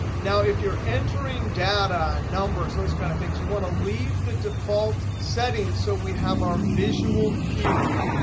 now, if you're entering data, numbers, those kind of things, you want to leave the default setting so we have our visual cues.